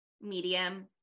medium